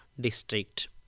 district